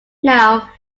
now